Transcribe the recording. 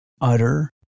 utter